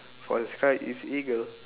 for the sky is eagle